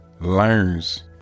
learns